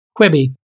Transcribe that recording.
Quibi